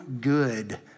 good